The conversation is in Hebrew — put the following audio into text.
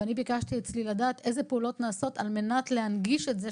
ביקשתי אצלי לדעת איזה פעולות נעשות על מנת להנגיש את זה,